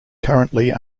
currently